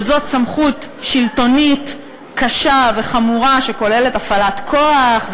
שזאת סמכות שלטונית קשה וחמורה שכוללת הפעלת כוח,